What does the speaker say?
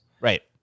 Right